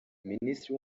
minisitiri